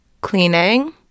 cleaning